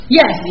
yes